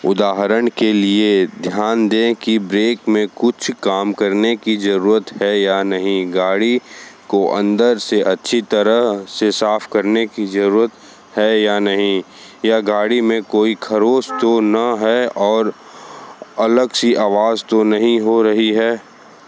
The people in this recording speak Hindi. उदाहरण के लिए ध्यान दें कि ब्रेक में कुछ काम करने की ज़रूरत है या नहीं गाड़ी को अंदर से अच्छी तरह से साफ करने की ज़रूरत है या नहीं या गाड़ी में कोई खरोंच तो न है और अलग सी आवाज़ तो नहीं हो रही है